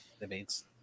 debates